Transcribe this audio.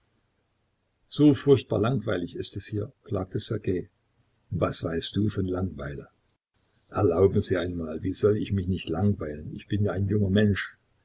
so furchtbar langweilig ist es hier klagte ssergej was weißt du von langweile erlauben sie einmal wie soll ich mich nicht langweilen ich bin ja ein junger mensch